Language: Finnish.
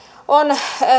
on